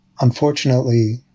unfortunately